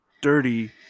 dirty